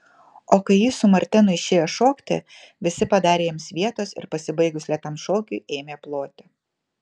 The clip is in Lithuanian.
o kai ji su martenu išėjo šokti visi padarė jiems vietos ir pasibaigus lėtam šokiui ėmė ploti